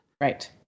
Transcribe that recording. Right